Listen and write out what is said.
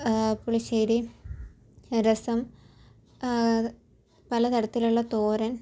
പുളിശ്ശേരി രസം പല തരത്തിലുള്ള തോരൻ